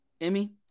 Emmy